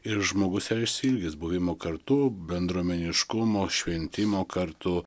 ir žmogus yra išsiilgęs buvimo kartu bendruomeniškumo šventimo kartu